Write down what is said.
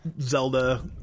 zelda